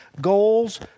goals